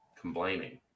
complaining